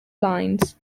lines